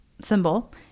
symbol